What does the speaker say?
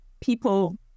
people